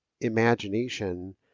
imagination